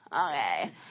Okay